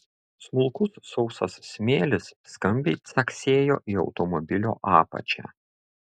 smulkus sausas smėlis skambiai caksėjo į automobilio apačią